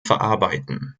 verarbeiten